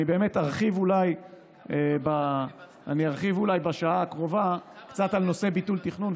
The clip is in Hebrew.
אני באמת ארחיב אולי בשעה הקרובה קצת על נושא ביטול תכנון,